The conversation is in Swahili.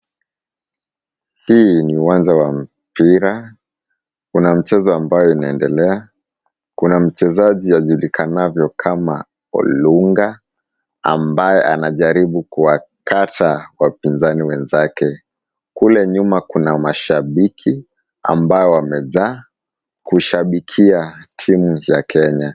Hii ni uwanja wa mpira . Kuna mchezo ambayo inaendelea, kuna mchezaji ajulikanavyo kama Olunga ambaye anajaribu kuwakata wapinzani wenzake. Kule nyuma kuna mashabiki ambao wamejaa kushabikia timu ya Kenya.